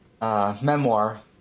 memoir